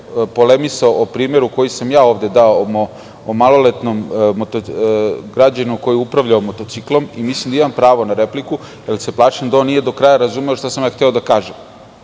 polemisao o primeru koji sam ja ovde dao, o maloletnom građaninu koji je upravljao motociklom i mislim da imam pravo na repliku, jer se plašim da on nije do kraja razumeo šta sam ja hteo da kažem.